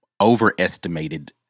Overestimated